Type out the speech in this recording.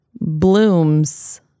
blooms